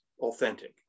authentic